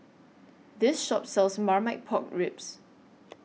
This Shop sells Marmite Pork Ribs